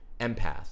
empath